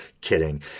kidding